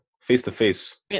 face-to-face